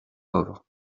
pauvre